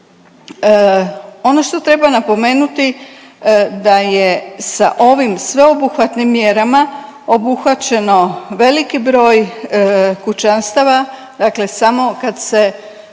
Ono što treba napomenuti da je sa ovim sveobuhvatnim mjerama obuhvaćeno veliki broj kućanstava, dakle samo kad se,